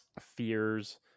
fears